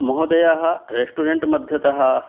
महोदयः रेस्टोरन्ट् मध्यतः